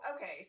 okay